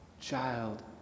Child